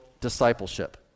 discipleship